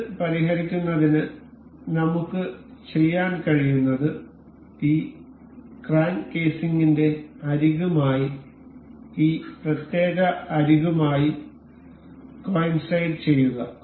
ഇത് പരിഹരിക്കുന്നതിന് നമുക്ക് ചെയ്യാൻ കഴിയുന്നത് ഈ ക്രാങ്ക് കേസിംഗിന്റെ അരികുമായി ഈ പ്രത്യേക അരികുമായി കോഇന്സൈഡ് ചെയ്യുക